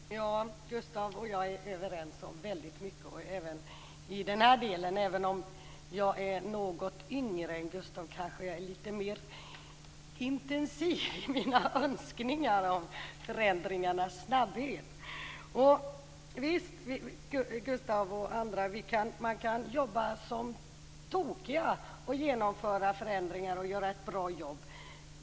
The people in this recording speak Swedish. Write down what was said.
Herr talman! Gustaf och jag är överens om väldigt mycket även i den här delen, även om jag är något yngre än Gustaf och kanske något mer intensiv i mina önskningar om förändringarnas snabbhet. Visst, Gustaf och andra, kan man jobba som tokiga, genomföra förändringar och göra ett bra jobb.